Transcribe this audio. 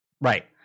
Right